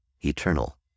eternal